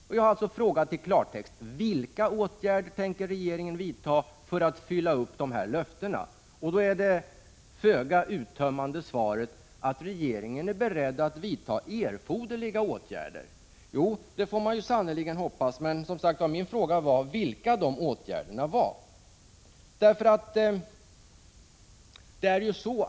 Jag har alltså i klartext frågat: Vilka åtgärder tänker regeringen vidta för att uppfylla givna löften? Det föga uttömmande svaret blir då att regeringen är beredd att vidta erforderliga åtgärder. Ja, det får man sannerligen hoppas. Men jag ville ju veta vilka åtgärder man var beredd att vidta.